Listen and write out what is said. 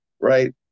right